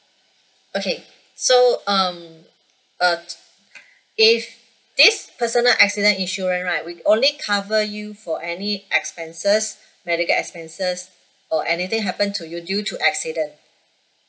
okay so um err if this personal accident insurance right we only cover you for any expenses medical expenses or anything happen to you due to accident